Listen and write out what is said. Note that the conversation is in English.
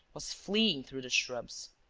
was fleeing through the shrubs.